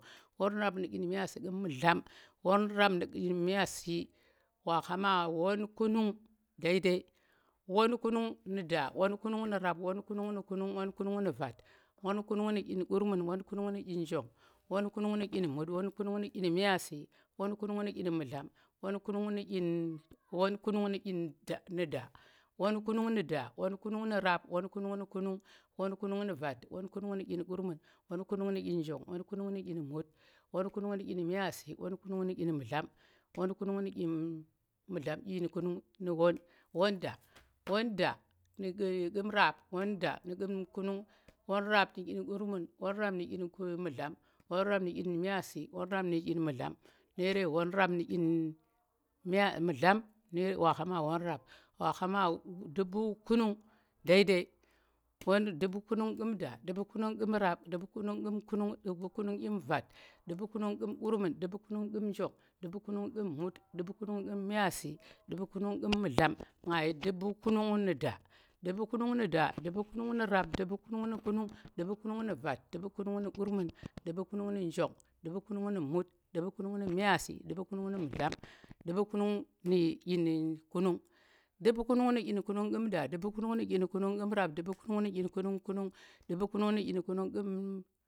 won rap nu̱ ɗyin myaasi ƙu̱m mu̱dlam, won rap nu̱ ɗyin myaasi, wa kha ma won kunung dai dai, won kunung nu̱ da, won kunung nu̱ rap, won kunung nu̱ kunung, won kunung nu̱ vat, won kunung nu ɗyin gurmun, won kunung nu̱ ɗyin njong, won kunung nu̱ ɗyin mut, won kunung nu̱ ɗyin myaasi, won kunung nu̱ ɗyin mu̱dlam, won kunung nu̱ dyin da, nu da won kunung nu̱ rap, won kunung nu̱ kunung, won kunung nu̱ vat, won kunung nu̱ ɗyin gurmun, won kunung nu̱ ɗyi njong won kunung nu̱ ɗyin mut, won kunung nu̱ ɗyin myaasi, won kunung nu̱ ɗyin mu̱dlam, won kunung nu̱ dyin kunug won, won da, won da ƙu̱m rap, won da ƙu̱m kunung, won rap nu̱, won rap nu̱ ɗyin mu̱dlam, won rap nu̱ ɗyin myaasi, won rap nu̱ ɗyin mu̱dlam, nere won rap nu̱ ɗyin mu̱dlam, wa kha ma won rap, wa khama du̱pu̱ kunung daidai du̱bu̱ kunung ƙu̱m da, du̱bu̱ kunung ƙu̱m rap, du̱bu̱ kunung ƙu̱m kunung, du̱bu̱ kunung ƙu̱m vat, du̱bu kunung ƙu̱m gurmun, du̱bu̱ kunung ƙu̱m njong, du̱pu̱ kunung ƙu̱m mut, du̱pu̱ kunung ƙu̱m myaasi, du̱pu̱ kunung ƙu̱m mu̱dlam. nga dyi du̱bu̱ kunung nu da, du̱pu̱ kunung, nu̱ rap, du̱pu̱ kunung nu̱ kunung, du̱pu̱ kunung nu̱ vat, du̱pu̱ kunung nu̱ gurmun, du̱pu̱ kunung nu̱ njong, du̱pu̱ kunung nu̱ mut, du̱pu̱ kunung nuu̱ myaasi, du̱pu̱ kumung nu̱ mu̱dlam, du̱pu̱ kunung nu̱ ɗyin kunung, du̱pu̱ kunung nu̱ ɗyin kunung ƙu̱m da, du̱pu̱ kunung nu̱ ɗyin kunung ƙu̱m rap, du̱pu̱ kunung nu̱ ɗyin kunung kum kunung, du̱pu̱ kunung nu̱ ɗyin kunung